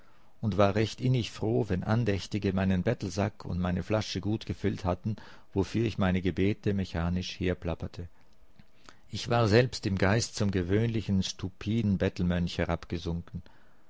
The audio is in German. und war recht innig froh wenn andächtige meinen bettelsack und meine flasche gut gefüllt hatten wofür ich meine gebete mechanisch herplapperte ich war selbst im geist zum gewöhnlichen stupiden bettelmönch